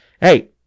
Hey